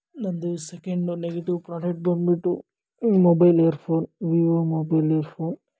ನಂದು ಸೆಕೆಂಡ್ ಬಂದು negative product ಬಂದ್ಬಿಟ್ಟು mobile earphone Vivo mobile year phone